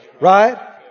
right